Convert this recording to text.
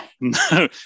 no